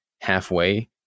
halfway